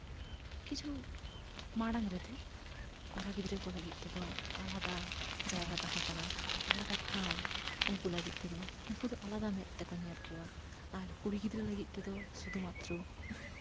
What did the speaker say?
ᱠᱤᱪᱷᱩ ᱢᱟᱲᱟᱝ ᱨᱮᱫᱚ ᱠᱚᱲᱟ ᱜᱤᱫᱽᱨᱟᱹ ᱠᱚ ᱞᱟᱹᱜᱤᱫ ᱛᱮᱫᱚ ᱟᱞᱟᱫᱟ ᱡᱟᱭᱜᱟ ᱛᱟᱦᱮᱸ ᱠᱟᱱᱟ ᱟᱞᱟᱫᱟ ᱴᱷᱟᱶ ᱩᱱᱠᱩ ᱞᱟᱹᱜᱤᱫ ᱛᱮᱫᱚ ᱩᱱᱠᱩ ᱫᱚ ᱟᱞᱟᱫᱟ ᱢᱮᱸᱫ ᱛᱮᱠᱚ ᱧᱮᱞ ᱠᱚᱣᱟ ᱟᱨ ᱠᱩᱲᱤ ᱜᱤᱫᱽᱨᱟᱹ ᱞᱟᱹᱜᱤᱫ ᱛᱮᱫᱚ ᱥᱩᱫᱷᱩ ᱢᱟᱛᱨᱚ